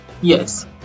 Yes